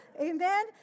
Amen